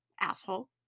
Asshole